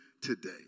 today